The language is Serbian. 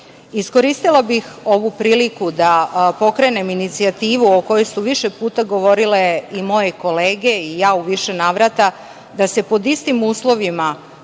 Vlade. Iskoristila bih ovu priliku da pokrenem inicijativu o kojoj su više puta govorile moje kolege i ja u više navrata da se pod istim uslovima